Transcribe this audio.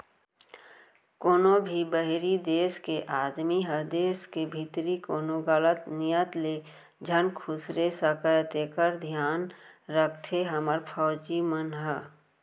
कोनों भी बाहिरी देस के आदमी ह देस के भीतरी कोनो गलत नियत ले झन खुसरे सकय तेकर धियान राखथे हमर फौजी मन ह